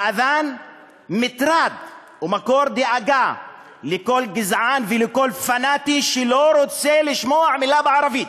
האד'אן מטרד ומקור דאגה לכל גזען ולכל פנאט שלא רוצה לשמוע מילה בערבית,